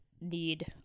need